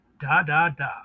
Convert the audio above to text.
Da-da-da